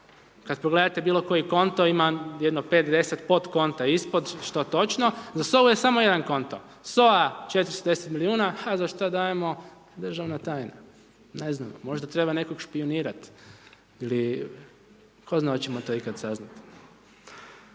Kada pogledate bilo koji konto ima jedno 5, 10 podkonta ispod, što točno. Za SOA-u je samo jedan konto, SOA 410 milijuna, ha, za šta dajemo državna tajna. Ne znam možda treba nekog špijunirati, ili tko zna hoćemo li to ikad saznati.